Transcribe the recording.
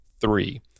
three